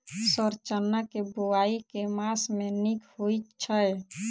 Sir चना केँ बोवाई केँ मास मे नीक होइ छैय?